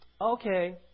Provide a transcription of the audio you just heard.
okay